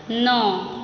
नओ